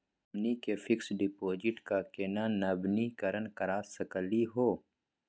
हमनी के fix deposit क केना नवीनीकरण करा सकली हो?